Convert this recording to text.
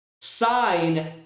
sign